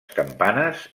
campanes